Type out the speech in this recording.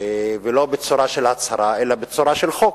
לא בצורה של הצהרה, אלא בצורה של חוק.